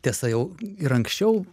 tiesa jau ir anksčiau